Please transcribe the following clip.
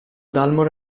dalmor